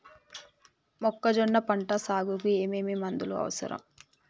మొక్కజొన్న పంట సాగుకు ఏమేమి మందులు అవసరం?